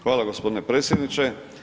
Hvala gospodine predsjedniče.